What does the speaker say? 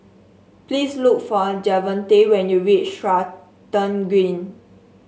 please look for Javonte when you reach Stratton Green